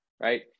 Right